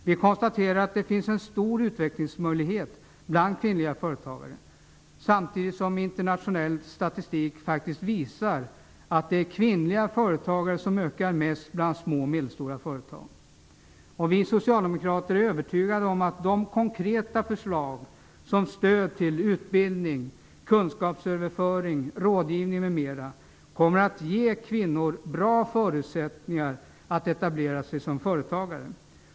Vi konstaterar att det finns stora utvecklingsmöjligheter bland kvinnliga företagare och att internationell statistik visar att det är kvinnliga företagare som ökar mest bland små och medelstora företag. Vi socialdemokrater är övertygade om att våra konkreta förslag om stöd till utbildning, kunskapsöverföring, rådgivning m.m. kommer att ge kvinnor bra förutsättningar att etablera sig som företagare.